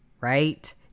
right